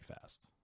fast